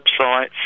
websites